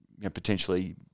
potentially